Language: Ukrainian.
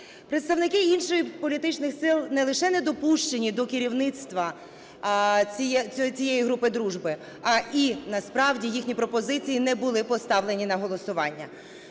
Представники інших політичних сил не лише не допущені до керівництва цієї групи дружби, а й насправді їхні пропозиції не були поставлені на голосування.